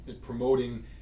promoting